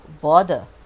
bother